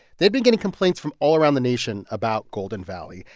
they'd been getting complaints from all around the nation about golden valley.